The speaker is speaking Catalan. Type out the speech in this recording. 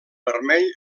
vermell